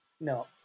No